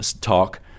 talk